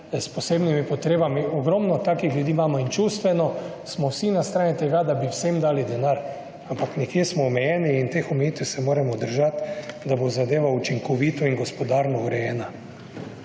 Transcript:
s posebnimi potrebami. Ogromno takih ljudi imamo. In čustveno smo vsi na strani tega, da bi vsem dali denar, ampak nekje smo omejeni in teh omejitev se moramo držati, da bo zadeva učinkovito in gospodarno urejena.